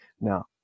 Now